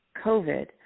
COVID